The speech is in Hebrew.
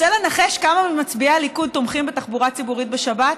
רוצה לנחש כמה ממצביעי הליכוד תומכים בתחבורה ציבורית בשבת?